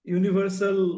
universal